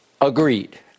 Agreed